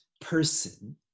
person